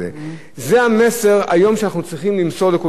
שאנחנו צריכים למסור לכולם: לא יכול להיות שאנשים,